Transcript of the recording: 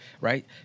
right